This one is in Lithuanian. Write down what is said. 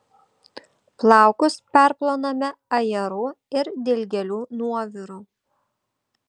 plaukus perplauname ajerų ir dilgėlių nuoviru